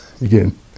again